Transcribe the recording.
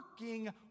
working